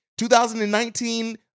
2019